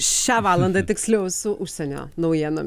šią valandą tiksliau su užsienio naujienom